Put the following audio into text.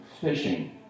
fishing